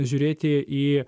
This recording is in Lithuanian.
žiūrėti į